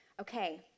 Okay